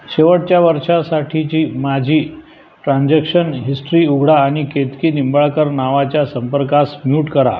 शेवटच्या वर्षासाठीची माझी ट्रान्झॅक्शन हिस्ट्री उघडा आणि केतकी निंबाळकर नावाच्या संपर्कास म्यूट करा